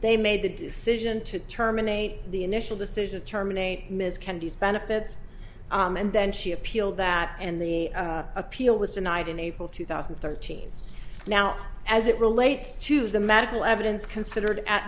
they made the decision to terminate the initial decision to terminate ms candies benefits and then she appealed that and the appeal was denied in april two thousand and thirteen now as it relates to the medical evidence considered at